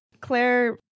Claire